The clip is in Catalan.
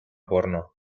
porno